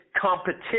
competition